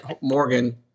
morgan